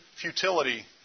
futility